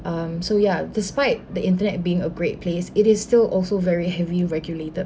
um so ya despite the internet being a great place it is still also very heavy regulated